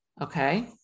Okay